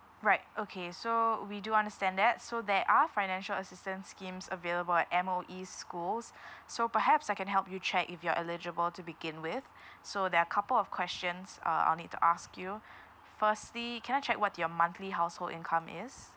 right okay so we do understand that so there are financial assistance schemes available at M_O_E schools so perhaps I can help you check if you're eligible to begin with so there are a couple of questions uh I'll need to ask you firstly can I check what your monthly household income is